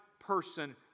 person